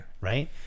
Right